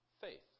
Faith